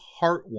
heartwarming